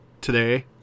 today